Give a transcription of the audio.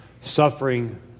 suffering